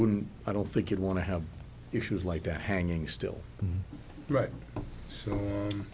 wouldn't i don't think you'd want to have issues like that hanging still right so